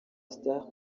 star